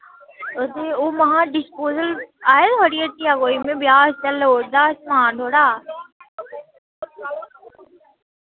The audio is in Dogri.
हां ते ओ महां डिस्पोजल आए थुआढ़े हट्टिया कोई मैं ब्याह् आस्तै लोड़दा हा समान थोह्ड़ा